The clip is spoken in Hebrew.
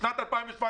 בשנת 2017 אותו דבר.